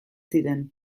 ziren